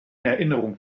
erinnerung